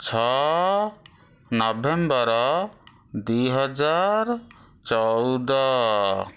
ଛଅ ନଭେମ୍ବର ଦୁଇ ହଜାର ଚଉଦ